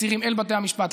העצירים אל בתי המשפט,